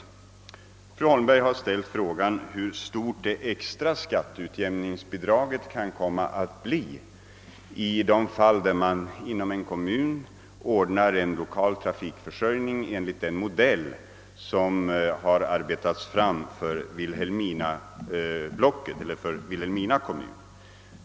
Fru Holmberg frågade hur stort det extra skatteutjämningsbidraget kan komma att bli för kommuner som ordnar en lokal trafikförsörjning enligt den modell som utarbetats för Vilhelmina kommun.